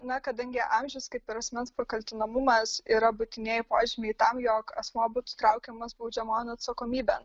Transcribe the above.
na kadangi amžius kaip ir asmens pakaltinamumas yra būtinieji požymiai tam jog asmuo būtų traukiamas baudžiamojon atsakomybėn